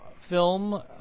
film